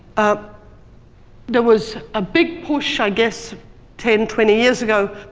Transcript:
ah there was a big push, i guess ten, twenty years ago,